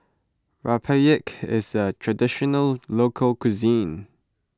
Rempeyek is a Traditional Local Cuisine